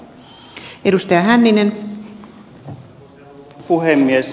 arvoisa rouva puhemies